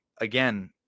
again